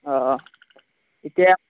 অ এতিয়া